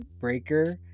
Breaker